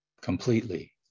completely